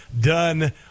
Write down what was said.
done